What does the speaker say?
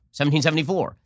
1774